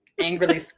angrily